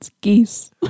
geese